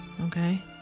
Okay